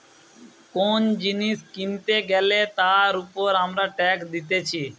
কোন জিনিস কিনতে গ্যালে তার উপর আমরা ট্যাক্স দিতেছি